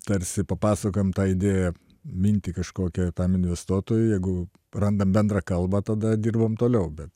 tarsi papasakojam tą idėją mintį kažkokią tam investuotojui jeigu randam bendrą kalbą tada dirbam toliau bet